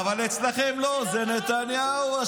זה לא קרה כאן בשום מלחמה.